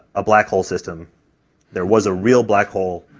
a black hole system there was a real black hole